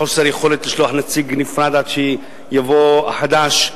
חוסר יכולת לשלוח נציג נפרד עד שיבוא החדש.